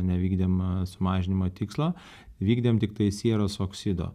nevykdymas mažinimo tikslo vykdėm tiktai sieros oksido